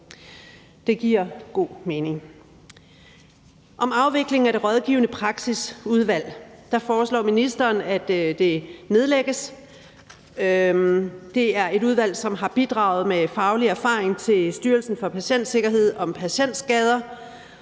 Det giver god mening. Om afvikling af det rådgivende praksisudvalg foreslår ministeren, at det nedlægges. Det er et udvalg, som har bidraget med faglige erfaringer til Styrelsen for Patientsikkerhed om patientskader,